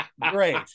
great